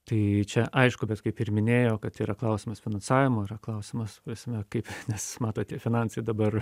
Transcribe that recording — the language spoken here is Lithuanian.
tai čia aišku bet kaip ir minėjau kad yra klausimas finansavimo klausimas prasme kaip nes matot tie finansai dabar